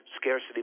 scarcity